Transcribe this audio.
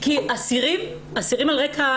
אסירים על רקע